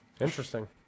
interesting